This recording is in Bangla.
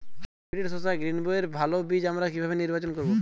হাইব্রিড শসা গ্রীনবইয়ের ভালো বীজ আমরা কিভাবে নির্বাচন করব?